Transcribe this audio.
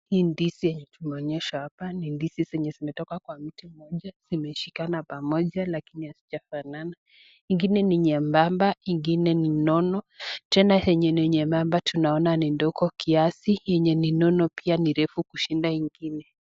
Hii ndizi yenye tumeonyeshwa hapa ni ndizi zenye zimetoka kwa mti mmoja. Zimeshikana pamoja lakini hazijafanana. Ingine ni nyembamba ,ingine ni nono tena yenye ni nyembamba tunaona ni ndogo kiasi, yenye ni nono pia ni refu kushinda ingine.